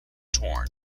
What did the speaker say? torn